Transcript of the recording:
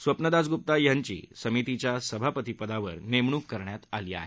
स्वप्न दासगुप्ता ह्यांची समितीच्या सभापतीपदी नेमणूक करण्यात आली आहे